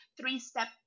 three-step